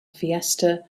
fiesta